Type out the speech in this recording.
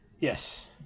yes